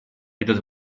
этот